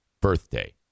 birthday